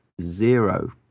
Zero